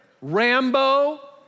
Rambo